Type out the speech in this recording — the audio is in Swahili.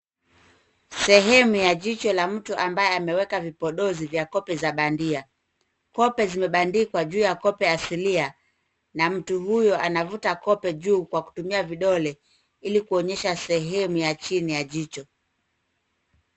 Sehemu ya jicho la mtu ambaye ameweka vipodizi vya kope za bandia. Kope zimebandikwa juu ya kope asilia. Na mtu huyo anavuta kope juu kwa kutumia vidole ili kuonyesha sehemu ya chini ya jicho.